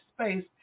space